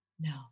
No